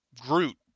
Groot